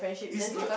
is not